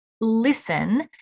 listen